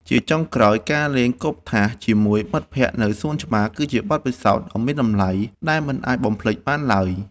ជាចុងក្រោយ ការលេងគប់ថាសជាមួយមិត្តភក្តិនៅសួនច្បារ គឺជាបទពិសោធន៍ដ៏មានតម្លៃដែលមិនអាចបំភ្លេចបានឡើយ។